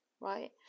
right